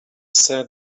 said